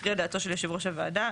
תכריע דעתו של יושב ראש הוועדה.